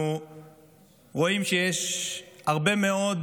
אנחנו רואים שיש הרבה מאוד